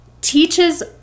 teaches